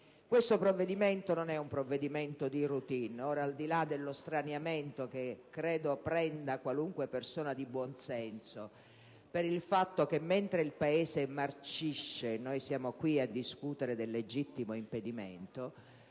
Questo non è un provvedimento di *routine.* Al di là dello straniamento che credo prenda qualunque persona di buon senso per il fatto che, mentre il Paese marcisce, siamo qui a discutere del legittimo impedimento,